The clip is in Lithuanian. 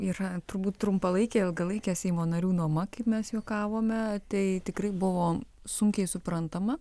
yra turbūt trumpalaikė ilgalaikė seimo narių nuoma kaip mes juokavome tai tikrai buvo sunkiai suprantama